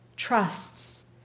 trusts